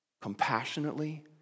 Compassionately